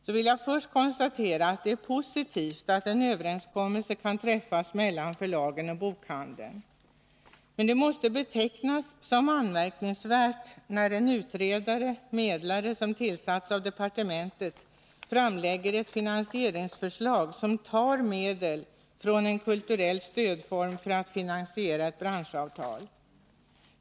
Jag vill först konstatera att det är positivt att en överenskommelse kan träffas mellan förlagen och bokhandeln, men det måste betecknas som anmärkningsvärt när en utredare/medlare som tillsatts av departementet framlägger ett finansieringsförslag som tar medel från en kulturell stödform för att finansiera ett branschavtal.